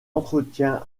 entretien